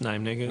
2 נמנעים,